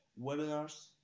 webinars